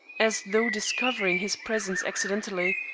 as though discovering his presence accidentally,